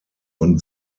und